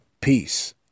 peace